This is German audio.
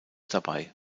dabei